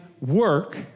work